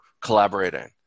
collaborating